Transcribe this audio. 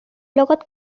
লগত